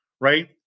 right